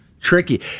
Tricky